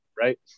right